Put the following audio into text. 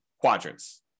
quadrants